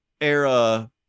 era